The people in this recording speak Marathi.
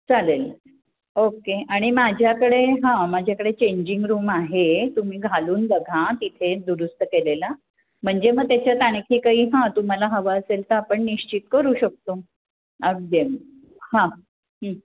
चालेल ओके आणि माझ्याकडे हां माझ्याकडे चेंजिंग रूम आहे तुम्ही घालून बघा तिथे दुरुस्त केलेला म्हणजे मग त्याच्यात आणखी काही हां तुम्हाला हवं असेल तर आपण निश्चित करू शकतो अगदी अग हां